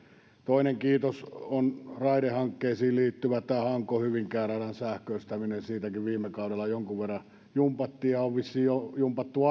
toinen kiitos on raidehankkeisiin liittyen tästä hanko hyvinkää radan sähköistämisestä siitäkin viime kaudella jonkun verran jumpattiin ja on vissiin jumpattu